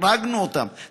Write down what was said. החרגנו אותם,